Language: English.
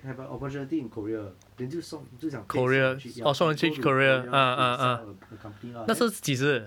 have a opportunity in korea then 就送就想可以送我去 ya I go to korea to set up a a company lah then